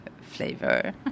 flavor